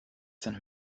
seinen